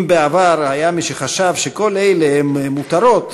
אם בעבר היה מי שחשב שכל אלה הם מותרות,